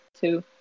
two